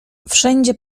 wszędzie